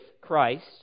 Christ